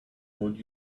hold